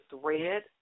thread